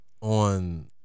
on